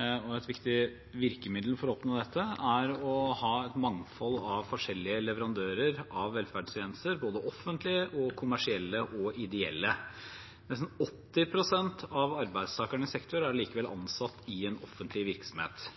Et viktig virkemiddel for å oppnå dette er å ha et mangfold av forskjellige leverandører av velferdstjenester, både offentlige, kommersielle og ideelle. Nesten 80 pst. av arbeidstakerne i sektoren er likevel ansatt i en offentlig virksomhet.